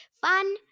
Fun